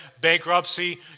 bankruptcy